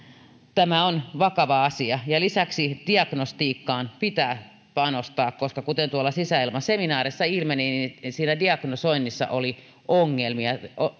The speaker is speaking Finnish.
tämä on vakava asia ja lisäksi diagnostiikkaan pitää panostaa koska kuten tuolla sisäilmaseminaarissa ilmeni niin siinä diagnosoinnissa oli ongelmia